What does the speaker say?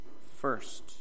first